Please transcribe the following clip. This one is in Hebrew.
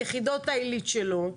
את יחידות העילית שלו,